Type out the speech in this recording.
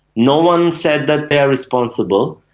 no one said that they are responsible.